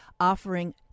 offering